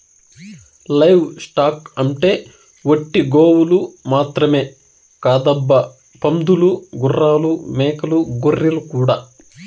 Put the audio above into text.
live stock అంటే ఒట్టి గోవులు మాత్రమే కాదబ్బా పందులు గుర్రాలు మేకలు గొర్రెలు కూడా